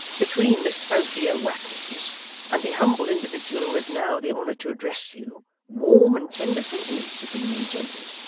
between miss sophia wackles and the humble individual who has now the honor to address you, warm and tender sentiments have been engendered,